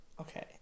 Okay